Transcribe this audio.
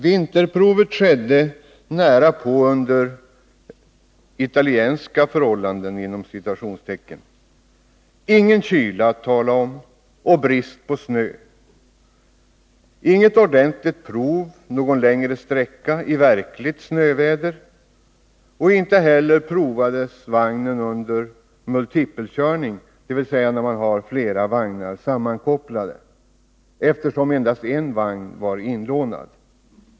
Vinterprovet företogs under närapå ”italienska” förhållanden: ingen kyla att tala om och brist på snö, inget ordentligt prov någon längre sträcka i verkligt snöväder. Inte heller provades vagnen under multipelkörning — dvs. med flera vagnar inkopplade — eftersom endast en vagn var inlånad.